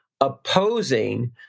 opposing